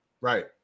Right